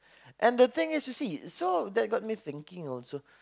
and the thing is you see that got me thinking also